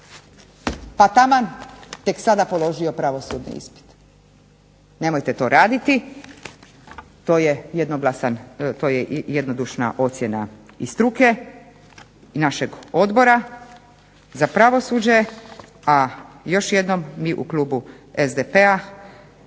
pa taman tek sada položio pravosudni ispit. Nemojte to raditi. To je jednodušna ocjena i struke, našeg Odbora za pravosuđe. A još jednom mi u klubu SDP-a